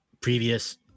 previous